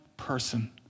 person